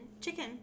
Chicken